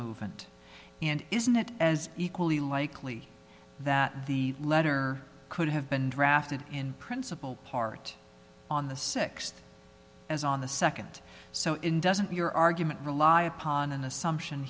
movement and isn't it as equally likely that the letter could have been drafted in principle part on the sixth as on the second so in doesn't your argument rely upon an assumption